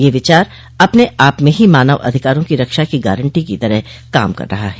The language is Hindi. यह विचार अपने आप में ही मानव अधिकारों की रक्षा की गारंटी की तरह काम कर रहा है